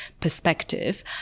perspective